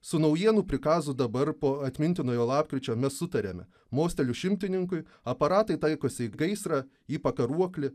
su naujienų prikazu dabar po atmintinojo lapkričio mes sutarėme mosteliu šimtininkui aparatai taikosi į gaisrą į pakaruoklį